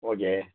okay